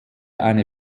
eine